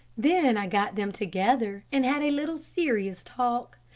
then i got them together, and had a little serious talk.